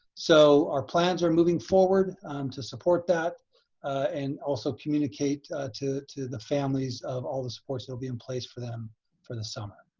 so our plans are moving forward to support that and also communicate to to the families of all the supports that'll be in place for them for the summer.